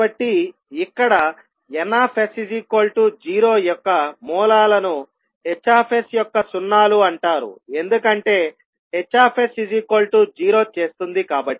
కాబట్టి ఇక్కడ N0 యొక్క మూలాల ను H యొక్క సున్నాలు అంటారు ఎందుకంటే H0చేస్తుంది కాబట్టి